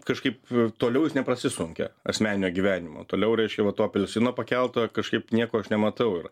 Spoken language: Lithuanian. kažkaip toliau jis neprasisunkia asmeninio gyvenimo toliau reiškia va to apelsino pakelto kažkaip nieko aš nematau ir